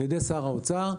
על ידי שר האוצר.